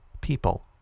People